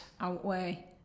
outweigh